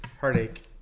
heartache